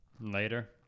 Later